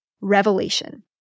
Revelation